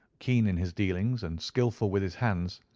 keen in his dealings and skilful with his hands.